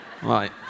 Right